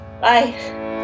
Bye